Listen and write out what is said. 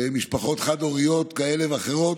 משפחות חד-הוריות כאלה ואחרות.